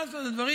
מה לעשות, דברים,